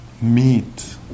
meet